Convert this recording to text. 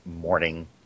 morning